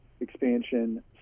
expansion